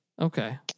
Okay